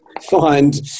find